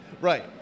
right